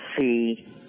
see